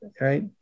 right